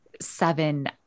seven